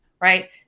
right